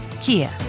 Kia